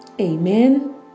amen